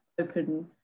open